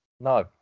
No